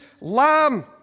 lamb